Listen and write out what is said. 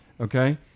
Okay